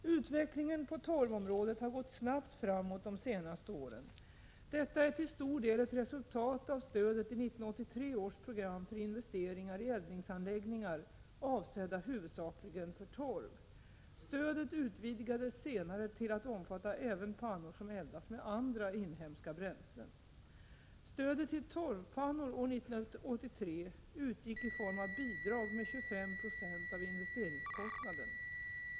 Utvecklingen på torvområdet har gått snabbt framåt de senaste åren. Detta är till stor del ett resultat av stödet i 1983 års program för investeringar i eldningsanläggningar avsedda huvudsakligen för torv. Stödet utvidgades senare till att omfatta även pannor som eldas med andra inhemska bränslen. Stödet till torvpannor år 1983 utgick i form av bidrag med 25 96 av investeringskostnaden.